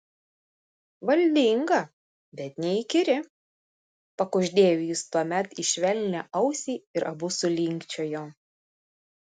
valdinga bet neįkyri pakuždėjo jis tuomet į švelnią ausį ir abu sulinkčiojo